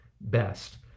best